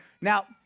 Now